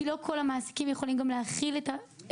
כי לא כל המעסיקים יכולים גם להכיל את הכלכלה